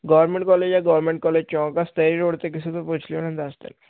government college ਹੈ government college ਚੌਂਕ ਹੈ ਸਟੇਰੀ ਰੋਡ 'ਤੇ ਕਿਸੇ ਤੋਂ ਪੁੱਛ ਲਿਓ ਉਨ੍ਹਾਂ ਨੇ ਦੱਸ ਦੇਣਾ